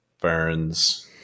Burns